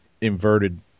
inverted